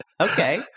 Okay